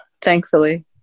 thankfully